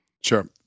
Sure